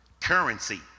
currency